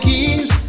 keys